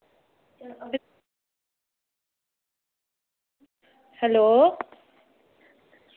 hello